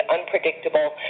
unpredictable